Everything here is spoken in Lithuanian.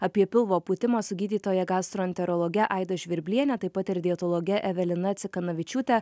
apie pilvo pūtimą su gydytoja gastroenterologe aida žvirbliene taip pat ir dietologe evelina cikanavičiūte